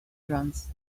drums